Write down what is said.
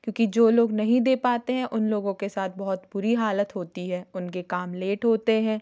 क्योंकि जो लोग नहीं दे पाते हैं उन लोगों के साथ बहुत बुरी हालत होती है उनके काम लेट होते हैं